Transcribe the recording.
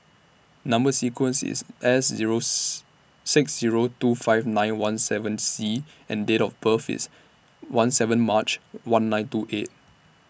Number sequence IS S Zero six Zero two five nine one seven C and Date of birth IS one seven March one nine two eight